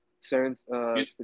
certain